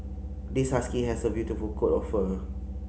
this husky has a beautiful coat of fur